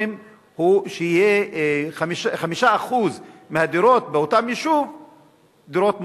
הוא ש-5% מהדירות באותו יישוב יהיו דירות מושכרות.